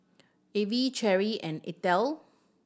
Evie Cherrie and Eithel